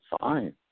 fine